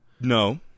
No